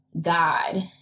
God